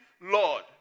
Lord